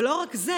ולא רק זה,